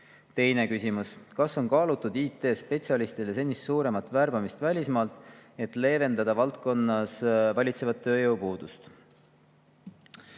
Teine küsimus: "Kas on kaalutud IT-spetsialistide senisest suuremat värbamist välismaalt, et leevendada valdkonnas valitsevat tööjõupuudust?"